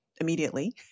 immediately